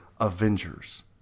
Avengers